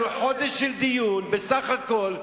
אנחנו בדיון של חודש בסך הכול.